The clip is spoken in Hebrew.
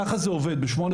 כך זה עובד.